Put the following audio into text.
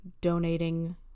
donating